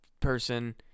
person